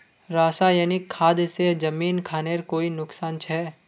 रासायनिक खाद से जमीन खानेर कोई नुकसान छे?